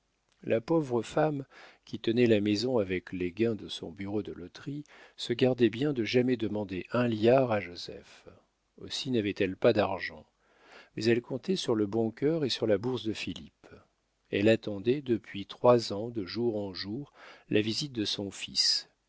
la pauvre femme qui tenait la maison avec les gains de son bureau de loterie se gardait bien de jamais demander un liard à joseph aussi n'avait-elle pas d'argent mais elle comptait sur le bon cœur et sur la bourse de philippe elle attendait depuis trois ans de jour en jour la visite de son fils